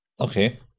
Okay